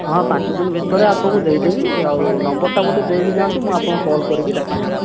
ହଁ ପାଞ୍ଚଦିନ ଭିତରେ ଆପଣଙ୍କୁ ଦେଇ ଦେବି ଆଉ ନମ୍ବରଟା ମୋତେ ଦେଇକି ଯାଆନ୍ତୁ ମୁଁ ଆପଣଙ୍କୁ କଲ୍ କରିକି ଡାକିଦେବି